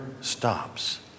stops